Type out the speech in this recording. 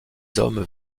hommes